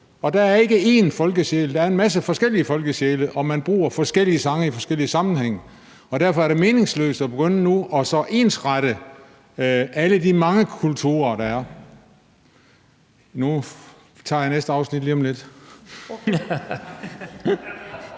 Der er ikke én folkesjæl; der er en masse forskellige folkesjæle, og man bruger forskellige sange i forskellige sammenhænge. Derfor er det meningsløst nu at begynde at ensrette alle de mange kulturer, der er. Nu rejser formanden sig op.